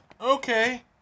Okay